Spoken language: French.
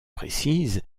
précise